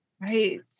Right